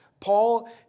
Paul